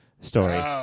story